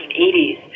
1980s